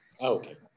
Okay